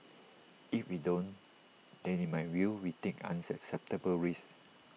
if we don't then in my view we take unacceptable risks